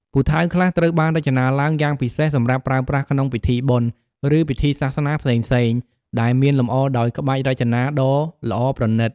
ពូថៅខ្លះត្រូវបានរចនាឡើងយ៉ាងពិសេសសម្រាប់ប្រើប្រាស់ក្នុងពិធីបុណ្យ ឬពិធីសាសនាផ្សេងៗ ដែលមានលម្អដោយក្បាច់រចនាដ៏ល្អប្រណិត។